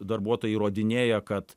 darbuotojai įrodinėja kad